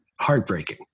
heartbreaking